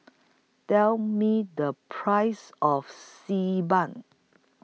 Tell Me The Price of Xi Ban